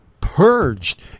purged